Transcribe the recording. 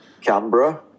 Canberra